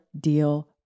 deal